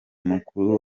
mukuru